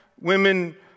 women